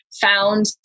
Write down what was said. found